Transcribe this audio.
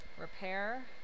repair